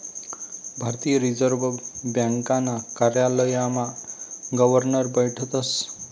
भारतीय रिजर्व ब्यांकना कार्यालयमा गवर्नर बठतस